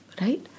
right